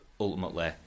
ultimately